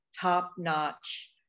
top-notch